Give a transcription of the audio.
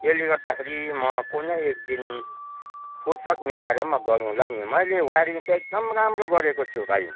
त्यसले गर्दाखेरि म कुनै एक दिन फुर्सद मिलाएर म गरौँला नि मैले वाइरिङ चाहिँ एकदम राम्रो गरेको छु भाइ